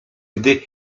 gdy